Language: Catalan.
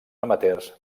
amateurs